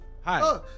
Hi